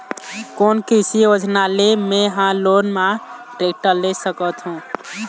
कोन कृषि योजना ले मैं हा लोन मा टेक्टर ले सकथों?